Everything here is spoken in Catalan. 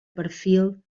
perfil